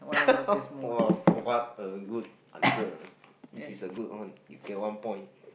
what a good answer ah this is a good one you get one point